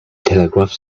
telegraph